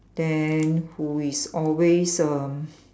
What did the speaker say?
then who is always err